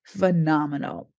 phenomenal